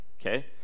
Okay